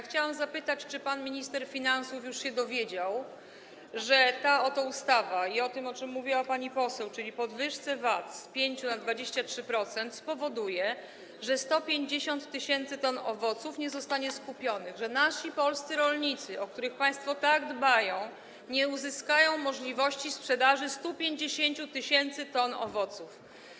Chciałam zapytać, czy pan minister finansów już się dowiedział, że ta oto ustawa i to, o czym mówiła pani poseł, czyli podwyżka VAT z 5 na 23% spowoduje, że 150 tys. t owoców nie zostanie skupionych, że nasi polscy rolnicy, o których państwo tak dbają, nie uzyskają możliwości sprzedaży 150 tys. t owoców.